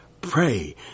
Pray